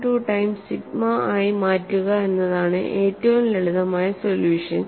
12 times sigma ആയി മാറ്റുക എന്നതാണ് ഏറ്റവും ലളിതമായ സൊല്യൂഷൻ